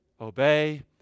Obey